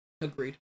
agreed